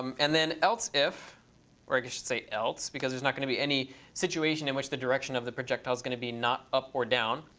um and then else if or i guess i should say else, because there's not going to be any situation in which the direction of the projectile is going to be not up or down.